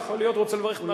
אבל כידוע, הנושא